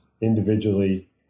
individually